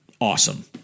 awesome